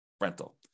rental